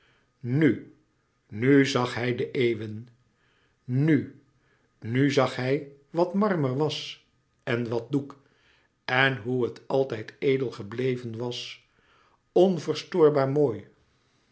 nu nu zag hij de eeuwen nu nu zag hij wat marmer was en wat doek en hoe het altijd edel gebleven was onverstoorbaar mooi